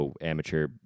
amateur